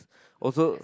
also